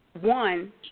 one